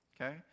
okay